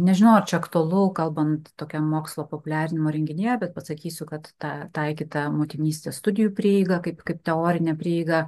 nežinau ar čia aktualu kalbant tokiam mokslo populiarinimo renginyje bet pasakysiu kad ta taikyta motinystės studijų prieiga kaip kaip teorinė prieiga